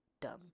dumb